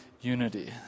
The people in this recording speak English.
unity